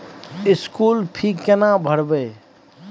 School fee केना भरबै?